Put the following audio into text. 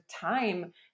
time